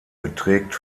beträgt